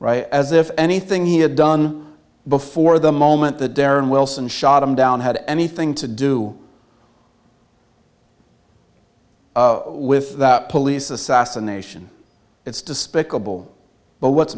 angel as if anything he had done before the moment the daring wilson shot him down had anything to do with that police assassination it's despicable but what's